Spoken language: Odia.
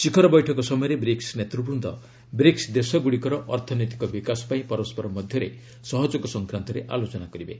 ଶିଖର ବୈଠକ ସମୟରେ ବ୍ରିକ୍ୱ ନେତୃବୃନ୍ଦ ବ୍ରିକ୍ୱ ଦେଶଗୁଡ଼ିକର ଅର୍ଥନୈତିକ ବିକାଶ ପାଇଁ ପରସ୍କର ମଧ୍ୟରେ ସହଯୋଗ ସଂକ୍ରାନ୍ତରେ ଆଲୋଚନା କରିବେ